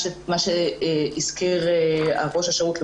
מה שהזכיר ראש השירות הלאומי,